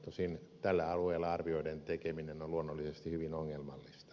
tosin tällä alueella arvioiden tekeminen on luonnollisesti hyvin ongelmallista